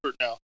now